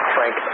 Frank